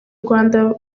rwanda